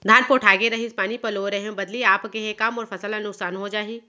धान पोठागे रहीस, पानी पलोय रहेंव, बदली आप गे हे, का मोर फसल ल नुकसान हो जाही?